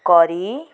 କରି